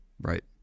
Right